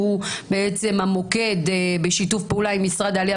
שהוא המוקד בשיתוף פעולה עם משרד העלייה